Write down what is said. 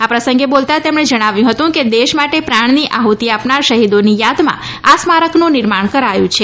આ પ્રસંગે બોલતાં તેમણે જણાવ્યું હતં કે દેશ માટે પ્રાણની આહ્તિ આપનાર શહિદોની યાદમાં આ સ્મારકનું નિર્માણ કરાયું છે